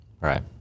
Right